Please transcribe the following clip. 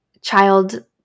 child